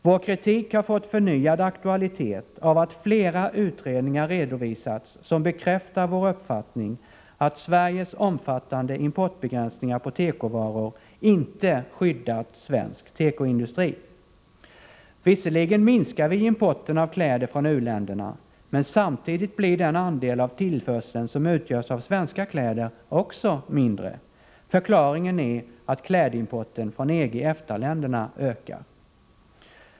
Vår kritik har fått förnyad aktualitet av att flera utredningar redovisats som bekräftar vår uppfattning att Sveriges omfattande importbegränsningar på tekovaror inte skyddat svensk tekoindustri. Visserligen minskar vi importen av kläder från u-länderna, men samtidigt blir den andel av tillförseln som utgörs av svenska kläder också mindre. Förklaringen är att klädimporten från EG-EFTA-länderna ökar.